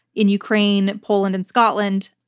in ukraine, poland, and scotland,